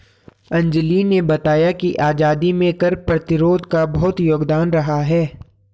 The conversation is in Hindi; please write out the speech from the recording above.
अंजली ने बताया कि आजादी में कर प्रतिरोध का बहुत योगदान रहा